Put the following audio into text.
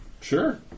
Sure